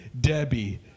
Debbie